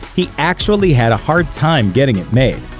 he actually had a hard time getting it made.